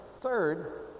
Third